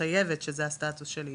אני מתחייבת שזה הסטטוס שלי,